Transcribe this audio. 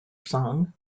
song